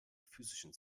physischen